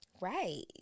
Right